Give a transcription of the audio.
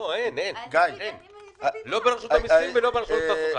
לא, אין, לא ברשות המיסים ולא בשירות התעסוקה.